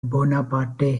bonaparte